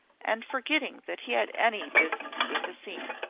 and forgetting that he had any business with the scene.